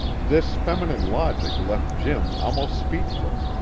this feminine logic left jim almost speechless,